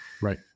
Right